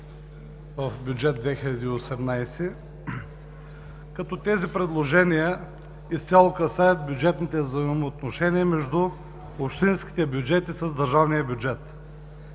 в Бюджет 2018, като тези предложения изцяло касаят бюджетните взаимоотношения между общинските бюджети с държавния бюджет,